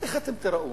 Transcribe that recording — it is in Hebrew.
איך אתם תיראו?